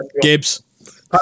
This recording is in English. Gibbs